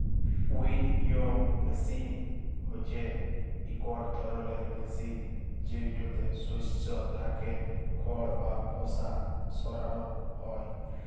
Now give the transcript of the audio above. উইলউইং মেসিল হছে ইকট ধরলের মেসিল যেটতে শস্য থ্যাকে খড় বা খোসা সরানো হ্যয়